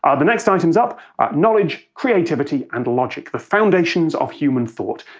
ah the next items up knowledge, creativity and logic. the foundations of human thought.